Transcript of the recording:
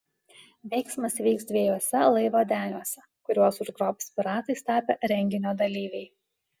veiksmas vyks dviejuose laivo deniuose kuriuos užgrobs piratais tapę renginio dalyviai